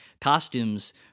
costumes